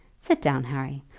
sit down, harry.